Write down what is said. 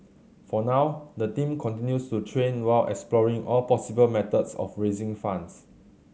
for now the team continues to train while exploring all possible methods of raising funds